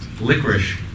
Licorice